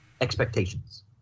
expectations